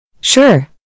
Sure